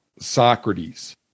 Socrates